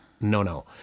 no-no